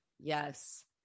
yes